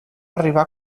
arribar